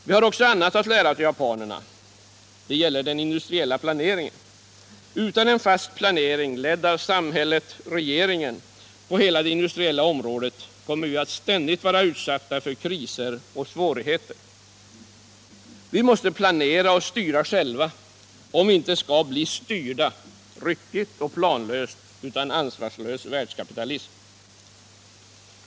Vi har också annat att lära av japanerna; det gäller den industriella planeringen. Utan en fast planering ledd av samhället/regeringen på hela det industriella området kommer vi att ständigt vara utsatta för kriser och svårigheter. Vi måste planera och styra själva om vi inte skall bli styrda, ryckigt och planlöst, av en ansvarslös världskapitalism.